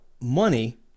money